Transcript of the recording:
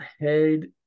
head